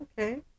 okay